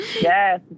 Yes